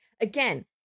again